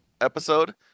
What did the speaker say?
episode